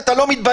אתה לא מתבייש?